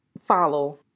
follow